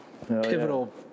pivotal